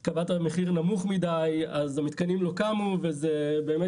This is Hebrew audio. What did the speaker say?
אם קובעים מחיר נמוך מידי אז המתקנים לא יקומו וזה באמת